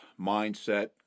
mindset